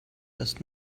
dass